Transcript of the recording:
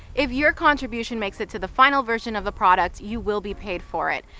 if your contribution makes it to the final version of a product you will be paid for it.